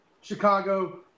Chicago